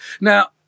Now